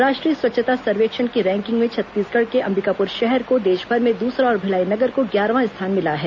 राष्ट्रीय स्वच्छता सर्वेक्षण की रैकिंग में छत्तीसगढ़ के अम्बिकापुर शहर को देशभर में दूसरा और भिलाई नगर को ग्यारहवां स्थान मिला है